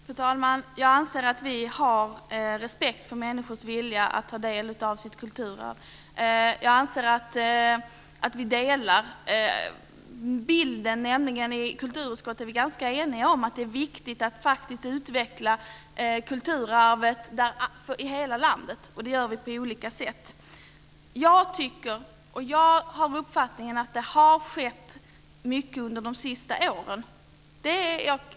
Fru talman! Jag anser att vi har respekt för människors vilja att ta del av sitt kulturarv. Jag menar att vi i kulturutskottet är ganska eniga om att det är viktigt att faktiskt utveckla kulturarvet i hela landet, och det gör vi på olika sätt. Jag har uppfattningen att det har skett mycket under de senaste åren.